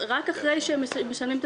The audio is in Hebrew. כך שרק אחרי שהם מסיימים את